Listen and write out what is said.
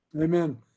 amen